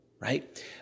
right